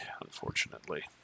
unfortunately